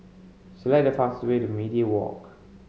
select the fastest way to Media Walk